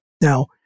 Now